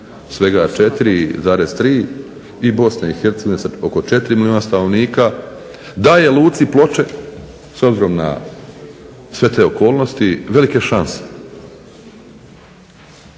svega 4,3 i Bosne i Hercegovine sa oko 4 milijuna stanovnika, daje luci Ploče s obzirom na sve te okolnosti velike šanse,